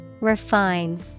Refine